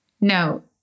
No